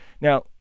Now